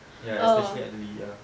ya especially elderly ya